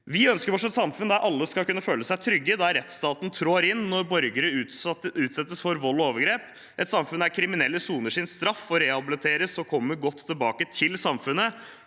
Vi ønsker oss et samfunn der alle skal kunne føle seg trygge, der rettsstaten trår inn når borgere utsettes for vold og overgrep, et samfunn der kriminelle soner sin straff og rehabiliteres og kommer godt tilbake til samfunnet,